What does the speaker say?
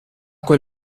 quel